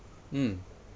mm